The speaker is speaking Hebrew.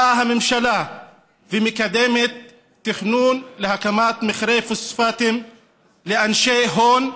באה הממשלה ומקדמת תכנון להקמת מכרה פוספטים לאנשי הון,